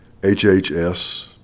HHS